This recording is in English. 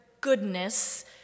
goodness